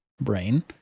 brain